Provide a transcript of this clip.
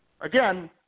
Again